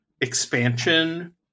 expansion